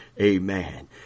Amen